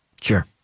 Sure